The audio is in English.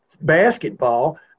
basketball